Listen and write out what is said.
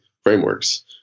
frameworks